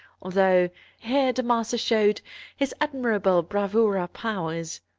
although here the master showed his admirable bravura powers.